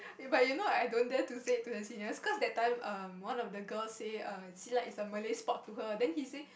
but you know I don't dare to say to the seniors cause they time um one of the girl say err Silat is a Malay sport to her then he say